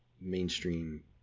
mainstream